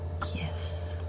yes.